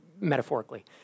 metaphorically